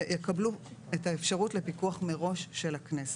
יקבלו את האפשרות לפיקוח מראש של הכנסת.